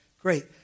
Great